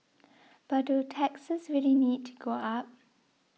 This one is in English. but do taxes really need to go up